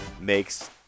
makes